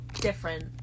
different